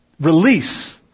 release